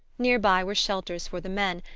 near by were shelters for the men,